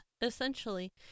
essentially